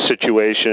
situation